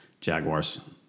Jaguars